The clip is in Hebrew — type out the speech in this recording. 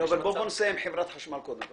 לא, אבל בוא נסיים עם חברת החשמל קודם.